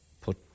put